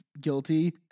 guilty